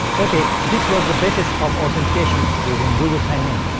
ok. this was the basis of authentication using google sign-in.